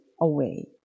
away